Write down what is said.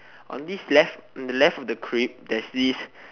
on this left the left of the crib there's this